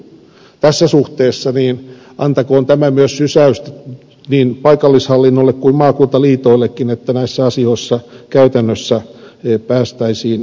tässä suhteessa antakoon tämä myös sysäystä niin paikallishallinnolle kuin maakuntaliitoillekin että näissä asioissa käytännössä päästäisiin eteenpäin